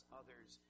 others